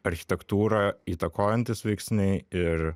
architektūrą įtakojantys veiksniai ir